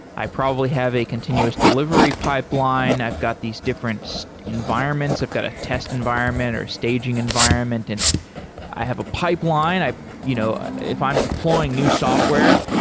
i probably have a continuous delivery pipeline, i've got these different environments, i've got a test environment, or staging environment and i have a pipeline. you know if i'm deploying new software,